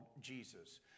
Jesus